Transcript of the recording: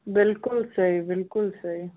बिल्कुलु सही बिल्कुलु सही